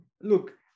Look